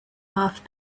off